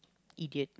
idiot